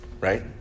Right